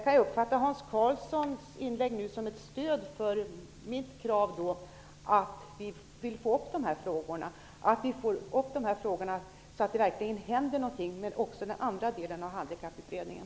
Kan jag uppfatta Hans Karlssons inlägg här som ett stöd för mitt krav på att vi skall ta upp dessa frågor igen så att det verkligen händer något även med den andra delen av Handikapputredningen?